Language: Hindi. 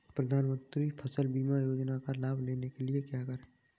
प्रधानमंत्री फसल बीमा योजना का लाभ लेने के लिए क्या करें?